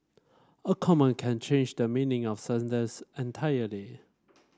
a comma can change the meaning of sentence entirely